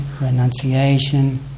renunciation